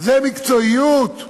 זו מקצועיות?